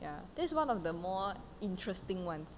ya this is one of the more interesting ones